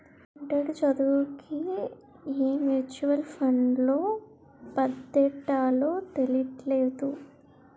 గుంటడి చదువుకి ఏ మ్యూచువల్ ఫండ్లో పద్దెట్టాలో తెలీట్లేదు